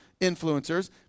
influencers